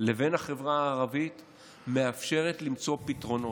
לבין החברה הערבית מאפשר למצוא פתרונות.